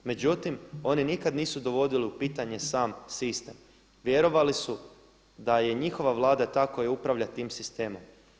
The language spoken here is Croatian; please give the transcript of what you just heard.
Međutim oni nikad nisu dovodili u pitanje sam sistem, vjerovali su da je njihova vlada ta koja upravlja tim sistemom“